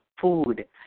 food